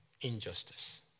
injustice